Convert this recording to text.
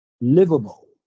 livable